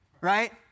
Right